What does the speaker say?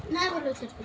नहि बोलैत छथिन